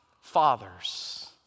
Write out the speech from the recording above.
Fathers